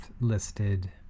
listed